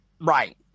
Right